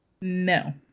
No